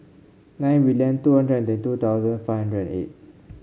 nine million two hundred twenty thousand five hundred and eight